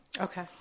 Okay